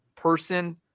Person